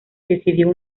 decidió